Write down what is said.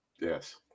Yes